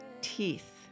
Teeth